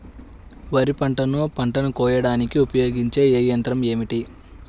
వరిపంటను పంటను కోయడానికి ఉపయోగించే ఏ యంత్రం ఏమిటి?